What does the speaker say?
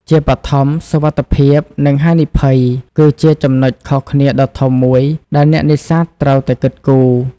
ជាបឋម សុវត្ថិភាព និងហានិភ័យ គឺជាចំណុចខុសគ្នាដ៏ធំមួយដែលអ្នកនេសាទត្រូវតែគិតគូរ។